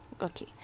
Okay